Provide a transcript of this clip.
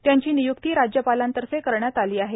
त्यांची निय्क्ती राज्यपालांतर्फे करण्यात आली आहे